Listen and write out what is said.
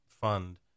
fund